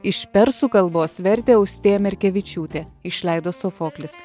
iš persų kalbos vertė austėja merkevičiūtė išleido sofoklis